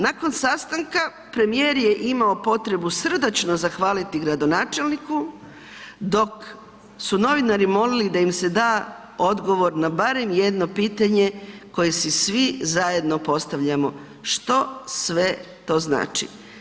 Nakon sastanka premijer je imao potrebu srdačno zahvaliti gradonačelniku dok su novinari molili da im se da odgovor na barem jedno pitanje koje si svi zajedno postavljamo što sve to znači.